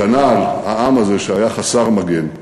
הגנה על העם הזה, שהיה חסר מגן.